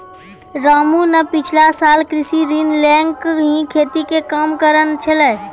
रामू न पिछला साल कृषि ऋण लैकॅ ही खेती के काम करनॅ छेलै